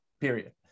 period